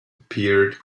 appeared